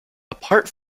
apart